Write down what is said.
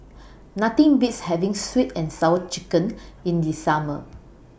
Nothing Beats having Sweet and Sour Chicken in The Summer